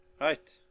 Right